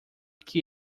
que